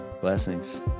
Blessings